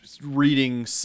reading